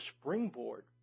springboard